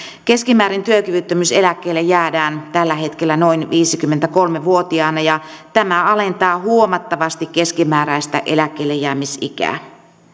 keskimäärin työkyvyttömyyseläkkeelle jäädään tällä hetkellä noin viisikymmentäkolme vuotiaana ja tämä alentaa huomattavasti keskimääräistä eläkkeellejäämis ikää